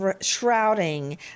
shrouding